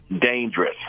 Dangerous